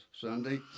Sunday